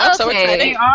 Okay